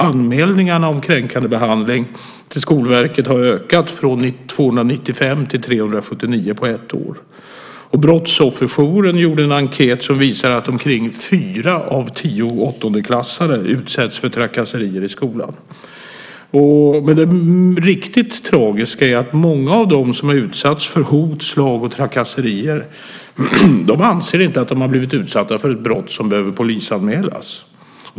Anmälningarna om kränkande behandling till Skolverket har ökat från 295 till 379 på ett år. Brottsofferjouren gjorde en enkät som visar att omkring fyra av tio åttondeklassare utsätts för trakasserier i skolan. Det riktigt tragiska är att många av dem som utsatts för hot, slag och trakasserier inte anser att de har blivit utsatta för brott som behöver polisanmälas.